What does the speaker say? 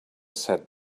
said